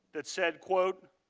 it said quote,